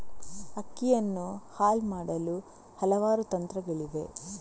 ಅಕ್ಕಿಯನ್ನು ಹಲ್ ಮಾಡಲು ಹಲವಾರು ತಂತ್ರಗಳಿವೆ